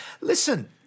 Listen